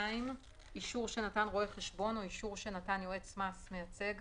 אישור שנתן רואה חשבון או אישור שנתן יועץ מס מייצג